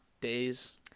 days